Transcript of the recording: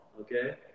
okay